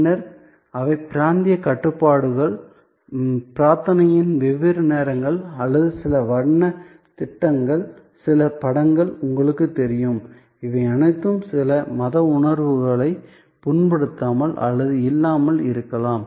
பின்னர் அவை பிராந்திய கட்டுப்பாடுகள் பிரார்த்தனையின் வெவ்வேறு நேரங்கள் அல்லது சில வண்ணத் திட்டங்கள் சில படங்கள் உங்களுக்குத் தெரியும் இவை அனைத்தும் சில மத உணர்வுகளை புண்படுத்தலாம் அல்லது இல்லாமலும் இருக்கலாம்